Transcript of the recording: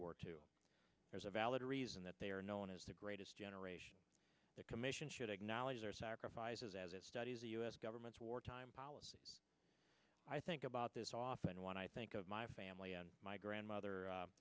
war two there's a valid reason that they are known as the greatest generation the commission should acknowledge their sacrifices as it studies the u s government's wartime policy i think about this often when i think of my family and my grandmother